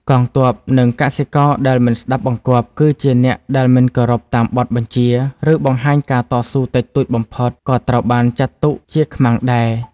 កងទ័ព និងកសិករដែលមិនស្តាប់បង្គាប់ គឺជាអ្នកដែលមិនគោរពតាមបទបញ្ជា ឬបង្ហាញការតស៊ូតិចតួចបំផុត ក៏ត្រូវបានចាត់ទុកជាខ្មាំងដែរ។